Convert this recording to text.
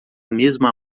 mesma